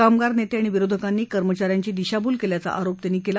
कामगार नेते आणि विरोधकांनी कर्मचाऱ्यांची दिशाभूल केल्याचा आरोप त्यांनी केला